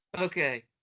Okay